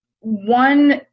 One